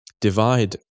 divide